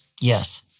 Yes